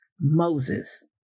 Moses